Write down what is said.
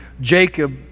Jacob